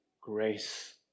grace